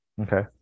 Okay